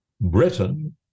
Britain